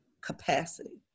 capacity